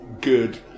good